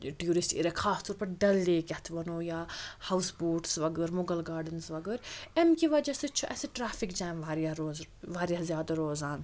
tourist area خاص طور پَتہٕ ڈَل لیک یَتھ وَنو یا ہاوُس بوٹٕس وَغٲر مُغل گاڈَنٕز وَغٲر اَمہِ کہِ وَجہ سۭتۍ چھُ اسہِ ٹرٛیفِک جام واریاہ روز واریاہ زیادٕ روزان